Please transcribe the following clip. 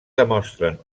demostren